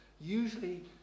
Usually